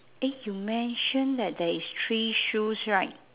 eh you mention that there is three shoes right